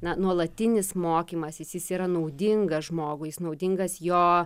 na nuolatinis mokymasis jis yra naudingas žmogui jis naudingas jo